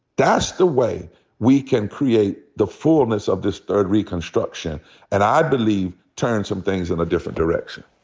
that's the way we can create the fullness of this third reconstruction and i believe turn some things in a different direction.